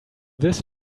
this